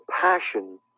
passion